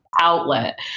outlet